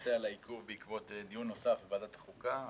מתנצל על העיכוב בעקבות דיון נוסף בוועדת החוקה,